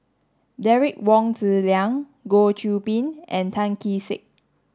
Derek Wong Zi Liang Goh Qiu Bin and Tan Kee Sek